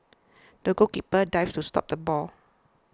the goalkeeper dived to stop the ball